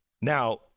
now